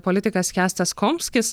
politikas kęstas komskis